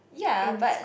ya but